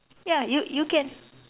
ya you you can